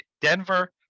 Denver